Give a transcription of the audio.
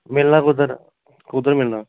मिलना कुद्धर कुद्धर मिलना